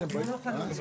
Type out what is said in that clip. אנחנו נכנס